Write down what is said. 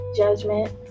judgment